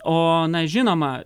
o na žinoma